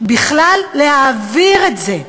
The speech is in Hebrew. בכלל להעביר את זה.